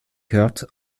kurt